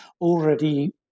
already